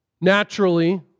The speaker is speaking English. naturally